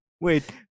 Wait